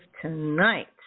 tonight